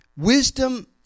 Wisdom